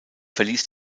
verließ